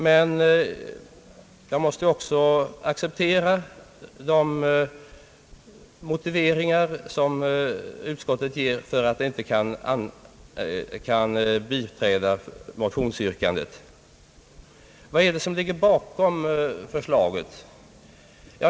Men jag måste också acceptera de motiveringar som utskottet ger för att det inte kan biträda motionsyrkandet. Vad är det som ligger bakom förslaget?